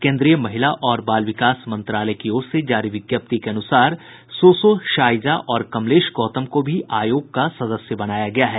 केन्द्रीय महिला और बाल विकास मंत्रालय की ओर से जारी विज्ञप्ति के अनुसार सोसो शाईजा और कमलेश गौतम को भी आयोग का सदस्य बनाया गया है